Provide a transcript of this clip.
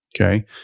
okay